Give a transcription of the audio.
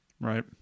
Right